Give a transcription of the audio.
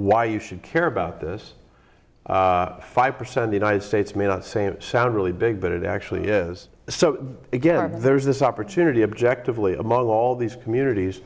why you should care about this five percent the united states may not say it sound really big but it actually is so again there is this opportunity objective lee among all these communities